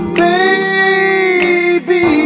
baby